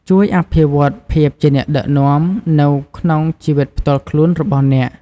ជួយ អភិវឌ្ឍភាពជាអ្នកដឹកនាំ នៅក្នុងជីវិតផ្ទាល់ខ្លួនរបស់អ្នក។